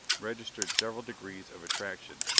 registered several degrees of attraction,